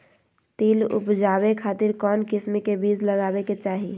तिल उबजाबे खातिर कौन किस्म के बीज लगावे के चाही?